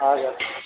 हजुर